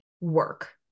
work